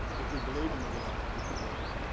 if we believe in the reality of the world,